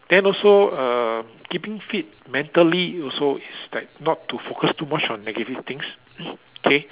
then also uh keeping fit mentally also is like not to focus too much on negative things K